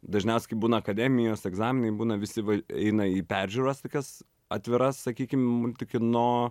dažniausiai kai būna akademijos egzaminai būna visi eina į peržiūras tokias atviras sakykime multikino